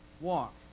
walk